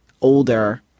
older